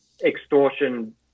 extortion